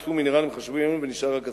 הוצאו מינרלים חשובים אלו ונשאר רק הסוכר.